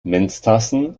menstassen